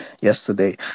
yesterday